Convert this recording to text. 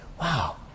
wow